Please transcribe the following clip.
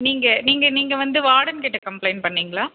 நீங்கள் நீங்கள் நீங்கள் வந்து வார்டன் கிட்ட கம்ப்லைன்ட் பண்ணிங்களா